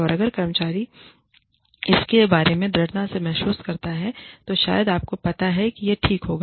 और अगर कर्मचारी इसके बारे में दृढ़ता से महसूस करता है तो शायद आपको पता है कि यह ठीक होगा